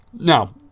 Now